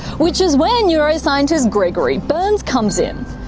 which is where neuroscientist gregory berns comes in.